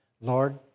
Lord